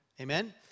Amen